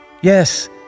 Yes